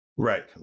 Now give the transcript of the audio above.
Right